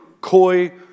coy